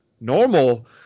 normal